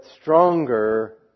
stronger